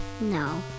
no